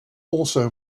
also